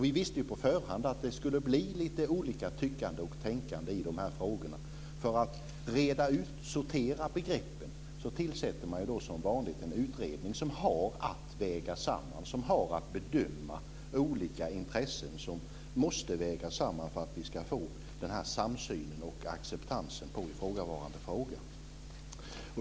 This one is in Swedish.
Vi visste på förhand att det skulle bli lite olika tyckanden och tänkanden i de här frågorna. För att reda ut, sortera begreppen tillsätter man som vanligt en utredning som har att väga samman, att bedöma olika intressen som måste vägas samman för att vi ska få en samsyn och acceptans på frågan.